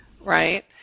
right